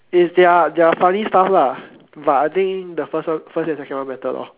is their their funny stuff lah but I think the first one first and second one better lor